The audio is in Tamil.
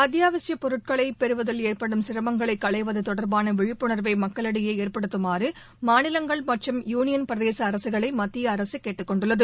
அத்தியாவசிய பொருட்களை பெறுவதில் ஏற்படும் சிரமங்களை களைவது தொடர்பான விழிப்புணர்வை மக்களிடையே ஏற்படுத்துமாறு மாநிலங்கள் மற்றும் யூனியன் பிரதேச அரசுகளை மத்திய அரசு கேட்டுக்கொண்டுள்ளது